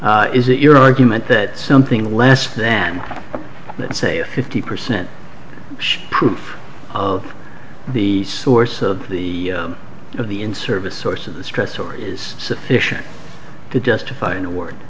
points is it your argument that something less than say a fifty percent proof of the source of the of the in service source of the stress or is sufficient to justify an award